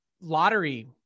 lottery